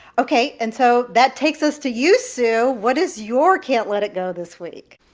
ok, and so that takes us to you, sue. what is your can't let it go this week?